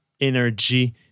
energy